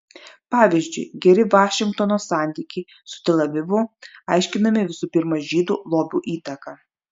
pavyzdžiui geri vašingtono santykiai su tel avivu aiškinami visų pirma žydų lobių įtaka